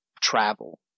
travel